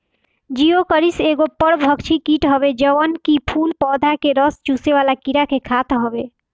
Geocoris एगो परभक्षी कीट हवे जवन की फूल पौधा के रस चुसेवाला कीड़ा के खात हवे